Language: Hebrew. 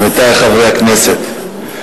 עמיתי חברי הכנסת,